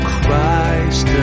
Christ